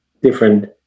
different